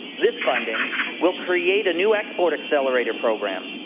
this funding will create a new export accelerator program.